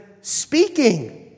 speaking